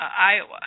Iowa